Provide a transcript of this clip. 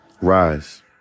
rise